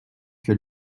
que